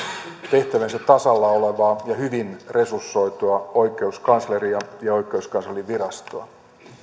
tehtäviensä tasalla olevaa ja hyvin resursoitua oikeuskansleria ja oikeuskanslerinvirastoa